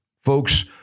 Folks